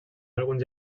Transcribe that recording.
alguns